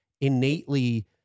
innately